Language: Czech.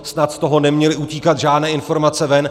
Snad z toho neměly utíkat žádné informace ven.